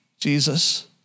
Jesus